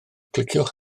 cliciwch